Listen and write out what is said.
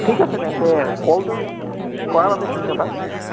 ঠিক আছে তেন্তে কলটো কৰাৰ বাবে ধন্যবাদ